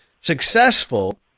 successful